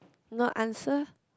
not answer